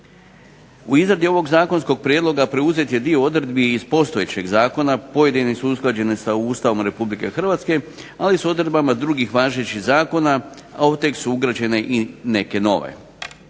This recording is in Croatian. U izradi ovog zakonskog prijedloga preuzet je dio odredbi iz postojećeg zakona, pojedine su usklađene sa Ustavom RH, ali i s odredbama drugih važećih zakona, a u tekst su ugrađene i neke nove.